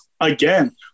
again